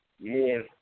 more